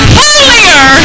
holier